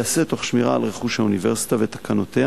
תיעשה תוך שמירה על רכוש האוניברסיטה ותקנותיה